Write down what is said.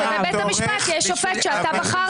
ולבית משפט יש שופט שאתה בחרת.